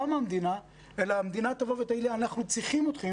מן המדינה אלא המדינה תגיד להם: אנחנו צריכים אתכם,